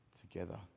together